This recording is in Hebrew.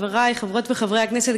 חברי חברות וחברי הכנסת,